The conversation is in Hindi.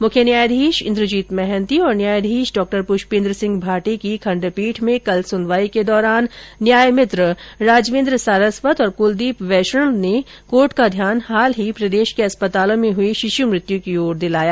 मुख्य न्यायाधीश इंद्रजीत महांति और न्यायाधीश डॉ प्रष्पेंद्रसिंह भाटी की खंडपीठ में कल सुनवाई के दौरान न्याय मित्र राजवेंद्र सारस्वत और कुलदीप वैष्णव ने कोर्ट का ध्यान हाल ही प्रदेश के अस्पतालों में हुई शिशु मृत्यु की ओर दिलाया